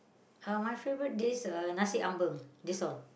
uh my favorite dish uh Nasi-Ambeng that's all